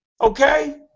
Okay